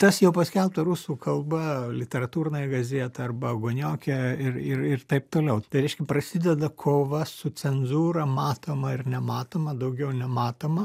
tas jau paskelbta rusų kalba literaturnaja gazeta arba ogonioke ir ir ir taip toliau tai reiškia prasideda kova su cenzūra matoma ir nematoma daugiau nematoma